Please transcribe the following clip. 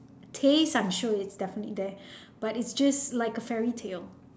taste I'm sure it's definitely there but it's just like a fairytale